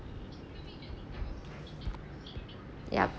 yup